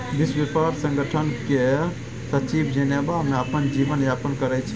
विश्व ब्यापार संगठन केर सचिव जेनेबा मे अपन जीबन यापन करै छै